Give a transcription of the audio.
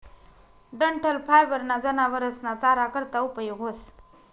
डंठल फायबर ना जनावरस ना चारा करता उपयोग व्हस